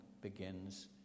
begins